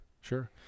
Sure